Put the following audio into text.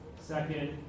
Second